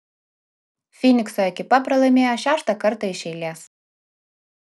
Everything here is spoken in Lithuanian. fynikso ekipa pralaimėjo šeštą kartą iš eilės